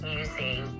using